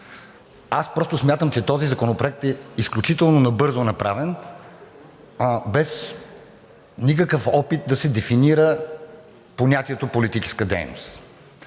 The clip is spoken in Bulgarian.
Аз просто смятам, че този законопроект е изключително набързо направен, без никакъв опит да се дефинира понятието политическа дейност.